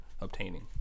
obtaining